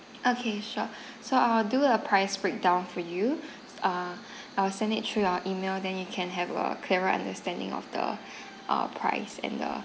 okay sure so I'll do a price break down for you uh I'll send it through your email then you can have a clearer understanding of the uh price and the